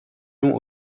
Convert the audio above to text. long